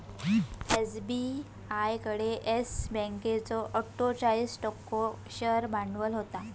SBI कडे yes बँकेचो अट्ठोचाळीस टक्को शेअर भांडवल होता